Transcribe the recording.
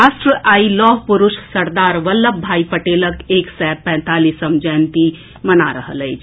राष्ट्र आई लौह पुरूष सरदार वल्लभ भाई पटेलक एक सय पैंतालीसम जयंती मना रहल अछि